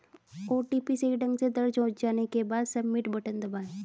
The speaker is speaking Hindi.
ओ.टी.पी सही ढंग से दर्ज हो जाने के बाद, सबमिट बटन दबाएं